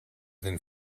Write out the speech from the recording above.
than